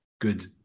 Good